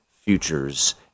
futures